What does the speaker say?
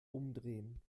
umdrehen